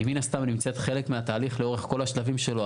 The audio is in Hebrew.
מן הסתם נמצאת חלק מהתהליך לאורך כל השלבים שלו.